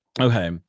Okay